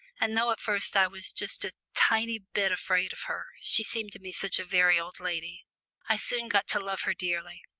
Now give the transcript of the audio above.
and though at first i was just a tiny bit afraid of her she seemed to me such a very old lady i soon got to love her dearly,